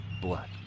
blood